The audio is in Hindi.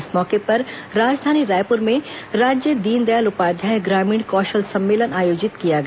इस मौके पर राजधानी रायपुर में राज्य दीनदयाल उपाध्याय ग्रामीण कौशल सम्मेलन आयोजित किया गया